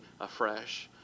afresh